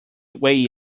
way